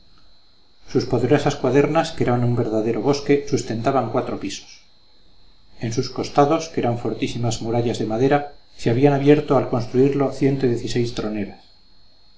sus poderosas cuadernas que eran un verdadero bosque sustentaban cuatro pisos en sus costados que eran fortísimas murallas de madera se habían abierto al construirlo troneras